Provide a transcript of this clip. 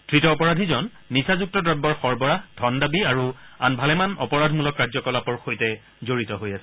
ধৃত অপৰাধীজন নিচাযুক্ত দ্ৰব্যৰ সৰবৰাহ ধন দাবী আৰু আন ভালেমান অপৰাধমূলক কাৰ্যকলাপৰ সৈতে জড়িত আছিল